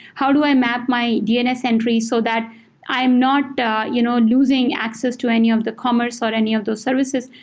how do i map my dns entry so that i'm not you know losing access to any of the commerce or any of those services.